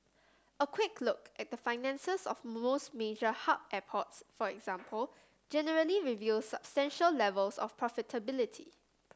a quick look at the finances of most major hub airports for example generally reveals substantial levels of profitability